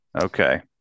Okay